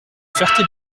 ferté